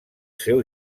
seu